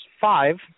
five